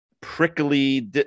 prickly